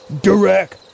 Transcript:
direct